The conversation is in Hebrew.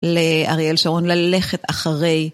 לאריאל שרון ללכת אחריי.